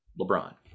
lebron